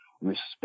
respect